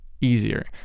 easier